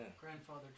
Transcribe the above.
Grandfather